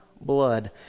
blood